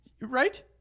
Right